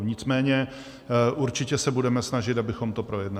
Nicméně určitě se budeme snažit, abychom to projednali.